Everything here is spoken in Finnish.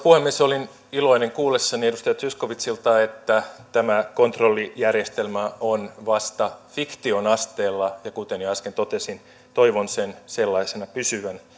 puhemies olin iloinen kuullessani edustaja zyskowiczilta että tämä kontrollijärjestelmä on vasta fiktion asteella ja kuten jo äsken totesin toivon sen sellaisena pysyvän